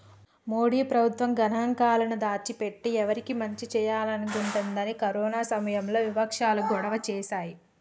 మోడీ ప్రభుత్వం గణాంకాలను దాచి పెట్టి ఎవరికి మంచి చేయాలనుకుంటుందని కరోనా సమయంలో వివక్షాలు గొడవ చేశాయి